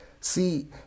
see